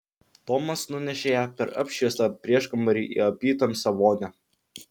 tomas nunešė ją per apšviestą prieškambarį į apytamsę vonią